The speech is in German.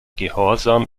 gehorsam